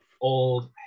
old